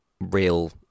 real